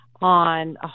on